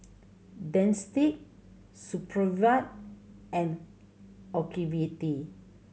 Dentiste Supravit and Ocuvite